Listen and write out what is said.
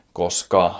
koska